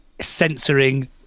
censoring